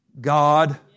God